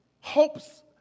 hopes